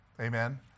Amen